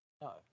No